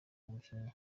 umukinnyi